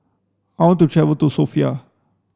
I want to travel to Sofia